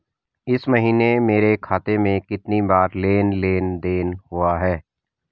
इस महीने मेरे खाते में कितनी बार लेन लेन देन हुआ है?